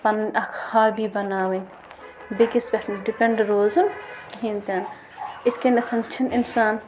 پَنٕنۍ اَکھ ہابی بناوٕنۍ بیٚیہِ کِس پٮ۪ٹھ نہٕ ڈِپٮ۪نٛڈ روزُن کِہیٖنۍ تہِ نہٕ یِتھ کٔنٮ۪تھ چھِنہٕ اِنسان